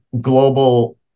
global